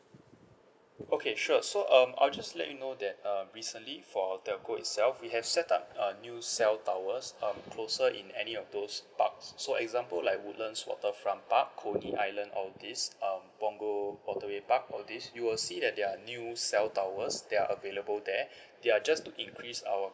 okay sure so um I'll just let you know that uh recently for our telco itself we have set up a new cell towers um closer in any of those parks so example like woodlands waterfront park coney island all these um punggol waterway park all this you will see that there are new cell towers they are available there they are just to increase our